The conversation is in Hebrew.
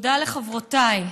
תודה לחברותיי,